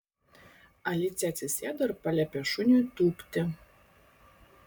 alicija atsisėdo ir paliepė šuniui tūpti